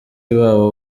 babo